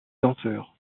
danseur